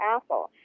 Apple